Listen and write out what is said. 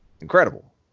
Incredible